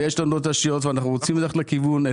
ויש לנו תשתיות ואנחנו רוצים ללכת לכיוון,